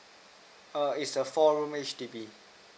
err it's a four room H_D_B